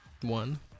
one